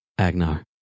Agnar